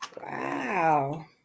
Wow